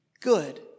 good